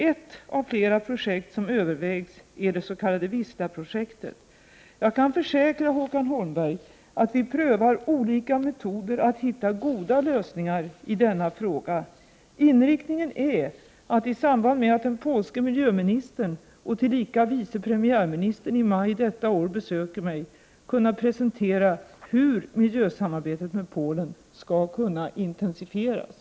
Ett av flera projekt som övervägs är det s.k. Wisla-projektet. Jag kan försäkra Håkan Holmberg att vi prövar olika metoder att hitta goda lösningar i denna fråga. Inriktningen är att i samband med att den polske miljöministern och tillika vice premiärministern i maj detta år besöker mig kunna presentera hur miljösamarbetet med Polen skall kunna intensifieras.